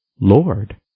Lord